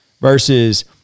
Versus